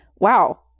Wow